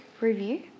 review